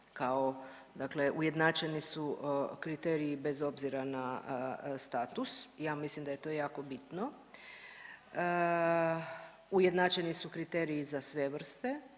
dakle ujednačeni su kriteriji bez obzira na status i ja mislim da je to jako bitno, ujednačeni su kriteriji za sve vrste